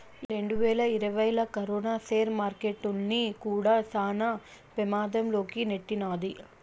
ఈ రెండువేల ఇరవైలా కరోనా సేర్ మార్కెట్టుల్ని కూడా శాన పెమాధం లోకి నెట్టినాది